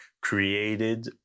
created